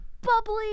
bubbly